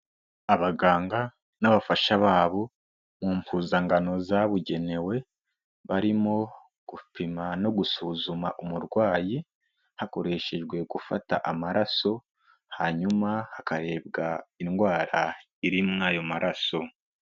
Abaganga n'abafasha babo, mu mpuzangano zabugenewe, barimo gupima no gusuzuma umurwayi, hakoreshejwe gufata amaraso, hanyuma hakarebwa indwara iri muri ayo maraso.